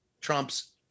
trumps